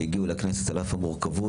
שהגיעו לכנסת על אף המורכבות,